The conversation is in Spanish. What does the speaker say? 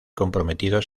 comprometido